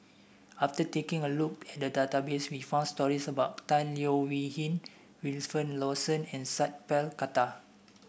after taking a look at the database we found stories about Tan Leo Wee Hin Wilfed Lawson and Sat Pal Khattar